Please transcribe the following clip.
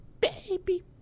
Baby